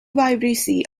vibrissae